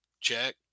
Check